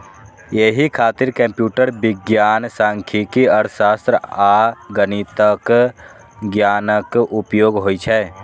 एहि खातिर कंप्यूटर विज्ञान, सांख्यिकी, अर्थशास्त्र आ गणितक ज्ञानक उपयोग होइ छै